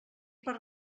per